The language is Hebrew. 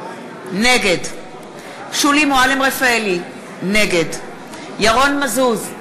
נגד שולי מועלם-רפאלי, נגד ירון מזוז,